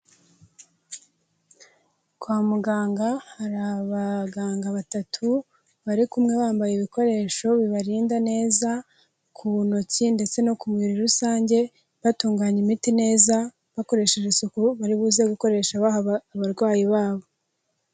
Kwa muganga hari abaganga batatu bari kumwe bambaye ibikoresho bibarinda neza ku ntoki ndetse no ku muribiri rusange batunganya imiti neza, bakoresheje isuku bari buze gukoresha baha abarwayi babo.